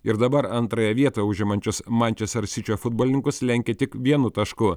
ir dabar antrąją vietą užimančius mančester sičio futbolininkus lenkia tik vienu tašku